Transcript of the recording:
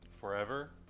Forever